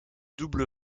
double